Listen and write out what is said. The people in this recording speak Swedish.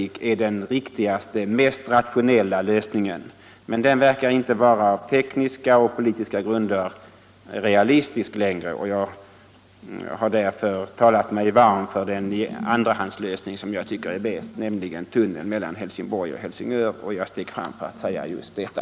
Enligt min mening är det den riktigaste och mest rationella lösningen, men den verkar på tekniska och politiska grunder inte att vara realistisk längre. Därför har jag talat mig varm för den andrahandslösning som jag tycker är bäst, nämligen en tunnel mellan Helsingborg och Helsingör, och jag steg fram för att säga just detta.